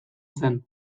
zen